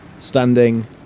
Standing